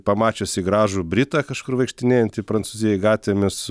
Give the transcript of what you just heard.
pamačiusi gražų britą kažkur vaikštinėjantį prancūzijoj gatvėmis